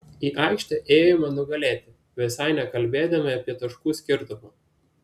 į aikštę ėjome nugalėti visai nekalbėdami apie taškų skirtumą